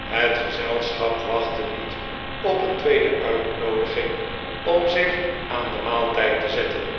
het gezelschap wachtte niet op een tweede uitnoodiging om zich aan den maaltijd te zetten